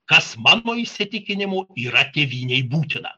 kas mano įsitikinimu yra tėvynei būtina